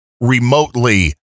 remotely